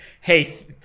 Hey